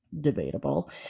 debatable